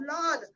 Lord